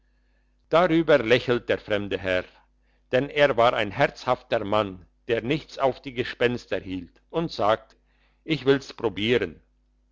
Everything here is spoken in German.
darüber lächelt der fremde herr denn er war ein herzhafter mann der nichts auf die gespenster hielt und sagt ich will's probieren